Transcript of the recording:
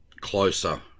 closer